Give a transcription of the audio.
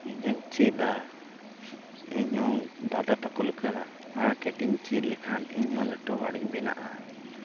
ᱤᱧ ᱦᱚᱧ ᱪᱮᱫᱟ ᱤᱧᱦᱚᱸ ᱫᱟᱫᱟ ᱛᱟᱠᱚ ᱪᱮᱫ ᱞᱮᱠᱷᱟᱡ ᱤᱧ ᱦᱚᱸ ᱞᱟᱹᱴᱩ ᱦᱚᱲ ᱤᱧ ᱵᱮᱱᱟᱜᱼᱟ